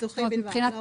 ניסוחי בלבד.